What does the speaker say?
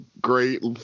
great